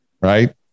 right